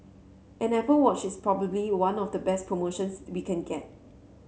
an Apple Watch is probably one of the best promotions we can get